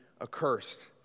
accursed